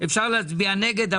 אפשר להצביע נגד,